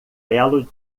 belo